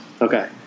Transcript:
Okay